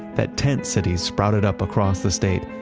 that tent cities sprouted up across the state.